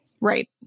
Right